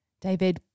David